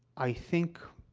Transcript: i think